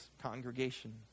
congregation